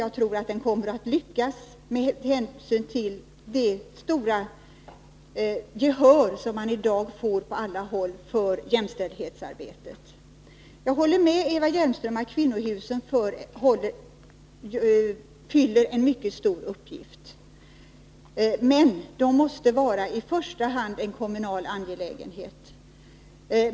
Jag tror att den kommer att ge resultat med hänsyn till det stora gehör som man i dag får på alla håll för jämställdhetsarbetet. Jag håller med Eva Hjelmström om att kvinnohusen fyller en mycket stor uppgift. Men de måste vara i första hand en kommunal angelägenhet.